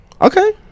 Okay